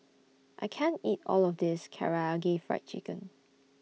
I can't eat All of This Karaage Fried Chicken